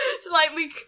Slightly